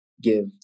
give